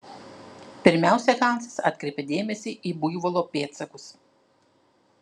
pirmiausia hansas atkreipė dėmesį į buivolo pėdsakus